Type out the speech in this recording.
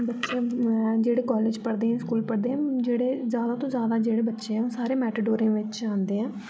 मतलब जेह्ड़े कालेज पढ़दे स्कूल पढ़दे जेह्ड़े ज्यादा तों ज्यादा जेह्ड़े बच्चे ऐ ओह् सारे मेटाडोरें बिच्च आंदे ऐ